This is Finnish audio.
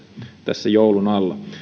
tässä joulun alla